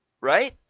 right